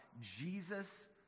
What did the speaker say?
Jesus